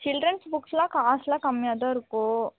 children's புக்ஸெலாம் காசெலாம் கம்மியாக தான் இருக்கும்